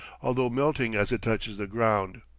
although melting as it touches the ground.